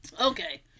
Okay